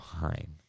fine